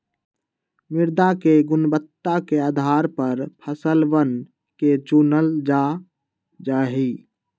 मृदा के गुणवत्ता के आधार पर फसलवन के चूनल जा जाहई